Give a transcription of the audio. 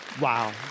Wow